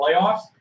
playoffs